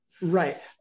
Right